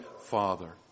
father